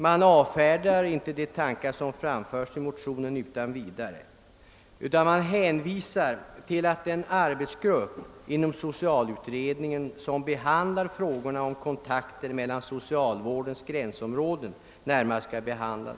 Man avfärdar inte utan vidare de tankar som förs fram i motionen utan hänvisar till att en arbetsgrupp inom socialutredningen skall behandla frågan om kontakter med socialvårdens gränsområden.